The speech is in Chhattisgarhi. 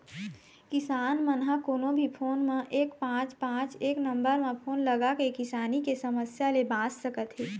किसान मन ह कोनो भी फोन म एक पाँच पाँच एक नंबर म फोन लगाके किसानी के समस्या ले बाँच सकत हे